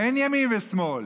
אין ימין ושמאל,